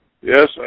Yes